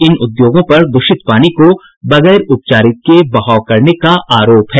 इन उद्योगों पर द्रषित पानी को बगैर उपचारित किये बहाव करने का आरोप है